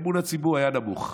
אמון הציבור היה נמוך.